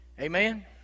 Amen